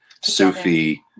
Sufi